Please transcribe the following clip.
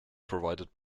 provided